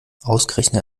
ausgerechnet